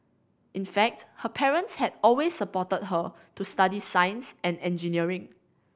in fact her parents had always supported her to study science and engineering